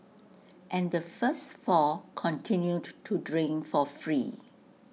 and the first four continued to drink for free